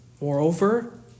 Moreover